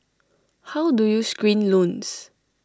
how do you screen loans